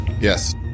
Yes